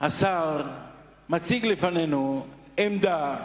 הצעה אחרת לחבר הכנסת אלי אפללו,